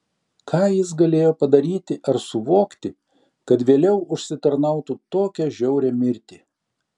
ką jis galėjo padaryti ar suvokti kad vėliau užsitarnautų tokią žiaurią mirtį